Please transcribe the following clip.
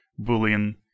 Boolean